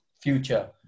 future